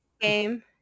game